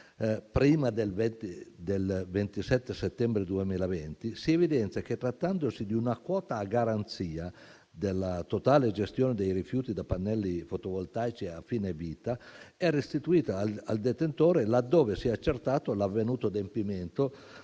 prima del 27 settembre 2020, si evidenzia che, trattandosi di una quota a garanzia della totale gestione dei rifiuti da pannelli fotovoltaici a fine vita, è restituita al detentore laddove si è accertato l'avvenuto adempimento